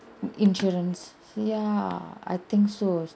insurance ya I think so